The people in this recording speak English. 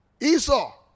Esau